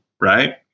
right